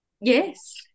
Yes